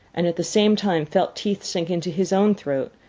and at the same time felt teeth sink into his own throat.